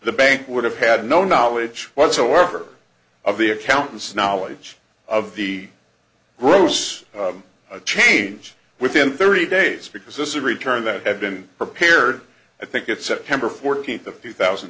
the bank would have had no knowledge whatsoever of the accountants knowledge of the gross change within thirty days because this is a return that have been prepared i think that september fourteenth a few thousand